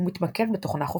ומתמקד בתוכנה חופשית.